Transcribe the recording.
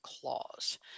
clause